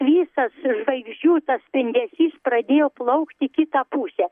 visas žvaigždžių tas spindesys pradėjo plaukt į kitą pusę